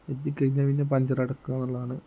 എത്തി കഴിഞ്ഞാൽ പിന്നെ പഞ്ചറടക്കുക എന്നുള്ളതാണ്